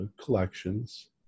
collections